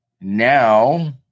now